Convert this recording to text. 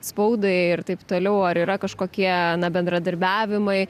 spaudai ir taip toliau ar yra kažkokie bendradarbiavimai